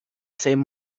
same